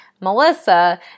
Melissa